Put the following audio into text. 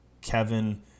Kevin